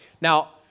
Now